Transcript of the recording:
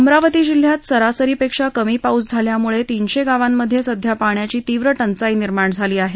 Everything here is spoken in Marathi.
अमरावती जिल्ह्यात सरासरीपेक्षा कमी पाऊस झाल्यामुळे तीनशे गावांमध्ये सध्या पाण्याची तीव्र टंचाई निर्माण झाली आहे